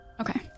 Okay